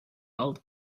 old